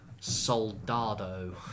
soldado